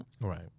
Right